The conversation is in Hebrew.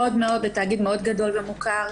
בתאגיד גדול מאוד ומוכר.